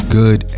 good